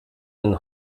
den